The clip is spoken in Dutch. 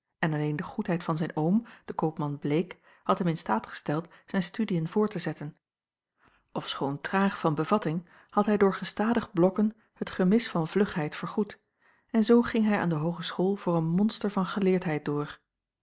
en alleen de goedheid van zijn oom den koopman bleek had hem in staat gesteld zijn studiën voort te zetten ofschoon traag van bevatting had hij door gestadig blokken het gemis van vlugheid vergoed en zoo ging hij aan de hoogeschool voor een monster van geleerdheid door